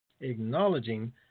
acknowledging